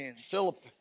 Philip